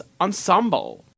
Ensemble